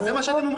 כן.